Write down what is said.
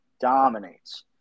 Dominates